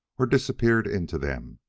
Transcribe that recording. or disappeared into them,